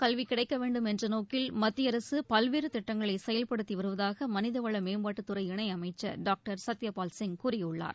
கல்விகிடைக்கவேண்டும் என்றநோக்கில் அனைவருக்கும் மத்தியஅரசுபல்வேறுதிட்டங்களைசெயல்படுத்திவருவதாகமனிதவளமேம்பாட்டுத் துறை இணயமைச்சர் டாக்டர் சத்தியபால் சிங் கூறியுள்ளார்